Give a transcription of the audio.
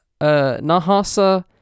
Nahasa